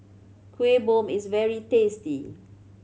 Kuih Bom is very tasty